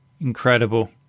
Incredible